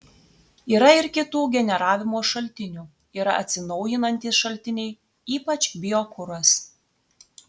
yra ir kitų generavimo šaltinių yra atsinaujinantys šaltiniai ypač biokuras